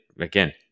Again